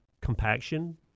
compaction